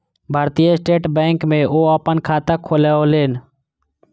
भारतीय State Bank में ओ अपन खाता खोलौलेन